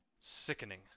sickening